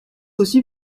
aussi